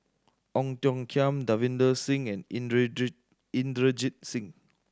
Ong Tiong Khiam Davinder Singh and Inderjit Inderjit Singh